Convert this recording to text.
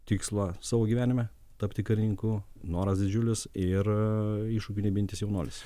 tikslą savo gyvenime tapti karininku noras didžiulis ir iššūkių nebijantis jaunuolis